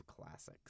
classics